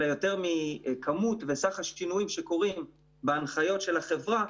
אלא יותר מכמות וסך השינויים שקורים בהנחיות של החברה